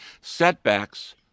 Setbacks